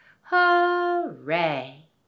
hooray